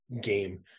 game